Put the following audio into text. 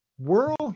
World